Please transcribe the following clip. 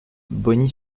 bogny